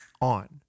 on